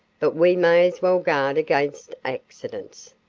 but we may as well guard against accidents.